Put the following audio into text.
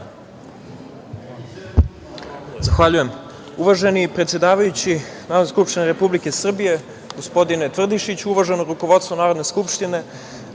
Zahvaljujem. Uvaženi predsedavajući Narodne skupštine Republike Srbije gospodine Tvrdišiću, uvaženo rukovodstvo Narodne skupštine,